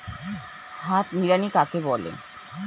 হাত নিড়ানি কাকে বলে?